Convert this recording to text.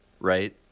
right